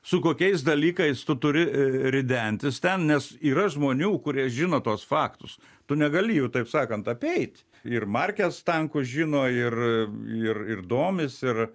su kokiais dalykais tu turi ridentis ten nes yra žmonių kurie žino tuos faktus tu negali jų taip sakant apeit ir markes tankų žino ir ir ir domis ir